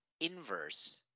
inverse